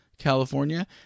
california